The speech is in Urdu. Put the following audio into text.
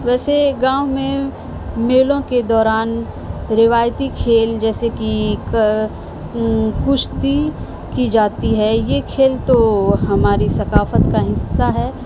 ویسے گاؤں میں میلوں کے دوران روایتی کھیل جیسے کہ کشتی کی جاتی ہے یہ کھیل تو ہماری ثقافت کا حصہ ہے